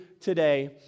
today